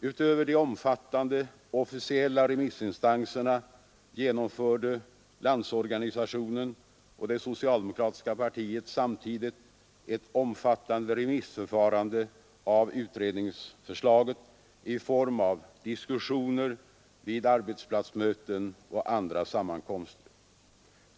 Utöver de omfattande officiella remissinstanserna genomförde Landsorganisationen och det socialdemokratiska partiet samtidigt ett omfattande remissförfarande av utredningsförslaget i form av diskussioner vid arbetsplatsmöten och andra sammankomster.